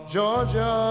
Georgia